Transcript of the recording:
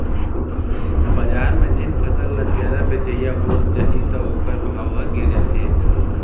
बजार म जेन फसल ल जादा बेचइया हो जाही त ओखर भाव ह गिर जाथे